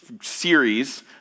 series